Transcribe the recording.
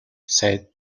said